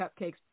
cupcakes